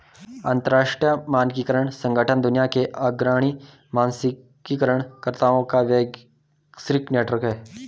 अंतर्राष्ट्रीय मानकीकरण संगठन दुनिया के अग्रणी मानकीकरण कर्ताओं का वैश्विक नेटवर्क है